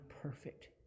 perfect